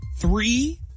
Three